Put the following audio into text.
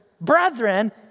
brethren